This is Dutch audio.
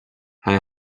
hij